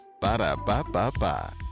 ba-da-ba-ba-ba